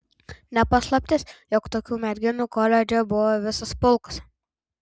ne paslaptis jog tokių merginų koledže buvo visas pulkas